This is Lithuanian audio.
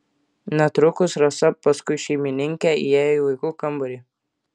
netrukus rasa paskui šeimininkę įėjo į vaikų kambarį